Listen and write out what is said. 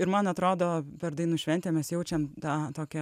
ir man atrodo per dainų šventę mes jaučiam tą tokią